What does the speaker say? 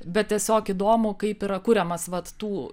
bet tiesiog įdomu kaip yra kuriamas vat tų